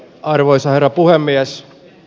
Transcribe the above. arvoisa herra puhemies